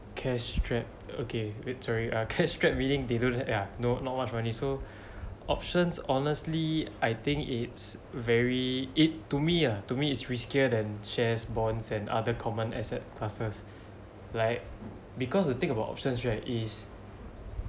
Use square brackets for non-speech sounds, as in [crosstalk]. cash strapped okay oh sorry uh cash strapped meaning they don't ya no not much money so options honestly I think it's very it to me ah to me is riskier than shares bonds and other common asset classes [breath] like because the thing about options right is